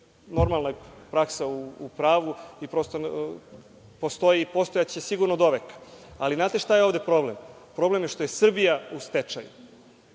normalna praksa u pravu i postoji i postojaće sigurno do veka. Znate li šta je ovde problem? Problem je što je Srbija u stečaju.